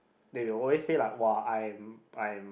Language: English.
they will always say like !wah! I'm I'm